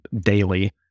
daily